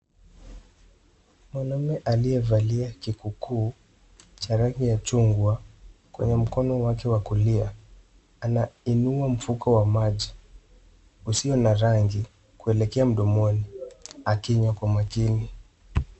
Mwanaume aliyevalia kikukuu cha rangi ya chungwa kwenye mkono wake wa kulia, anainua mfuko wa maji usio na rangi kuelekea mdomoni akinywa kwa makini.